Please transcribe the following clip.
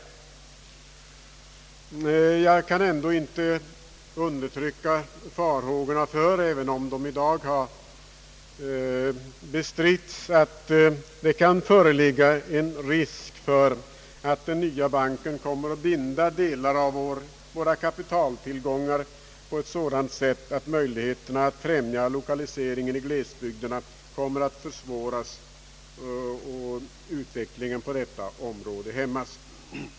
Jag kan ändå inte undertrycka far hågorna, även om de i dag har bestritts, för att den nya banken kan komma att binda delar av våra kapitaltillgångar på ett sådant sätt att möjligheterna blir sämre att främja lokaliseringen i glesbygderna och därmed utvecklingen på detta område hämmas.